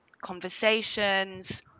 conversations